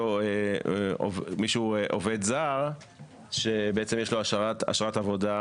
ומי שהוא עובד זר שיש לו אשרת עבודה